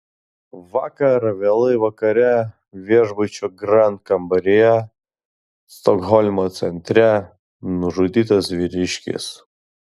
vakar vėlai vakare viešbučio grand kambaryje stokholmo centre nužudytas vyriškis